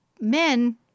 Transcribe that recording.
men